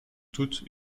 toutes